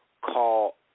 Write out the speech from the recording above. call